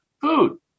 food